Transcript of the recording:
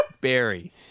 Barry